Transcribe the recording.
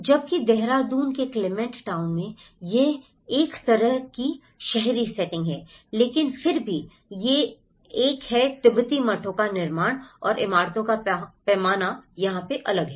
जबकि देहरादून के Clement Town में यह एक तरह की शहरी सेटिंग है लेकिन फिर भी यह एक है तिब्बती मठों का निर्माण और इमारतों का पैमाना यहां अलग है